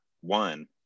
one